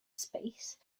space